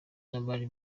n’abari